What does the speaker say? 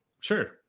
Sure